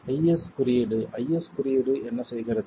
IS குறியீடு IS குறியீடு என்ன செய்கிறது